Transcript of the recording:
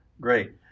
Great